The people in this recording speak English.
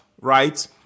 right